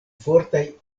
fortaj